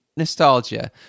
nostalgia